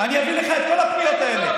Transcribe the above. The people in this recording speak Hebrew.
אני אביא לך את כל הפניות האלה.